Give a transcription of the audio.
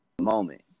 Moment